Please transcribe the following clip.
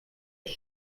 ist